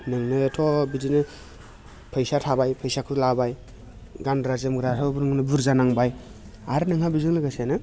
नोंनो थ' बिदिनो फैसा थाबाय फैसाखौ लाबाय गानग्रा जोमग्रा बुरजा नांबाय आरो नोंहा बेजों लोगोसेनो